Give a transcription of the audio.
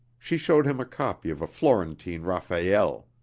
she showed him a copy of a florentine raphael.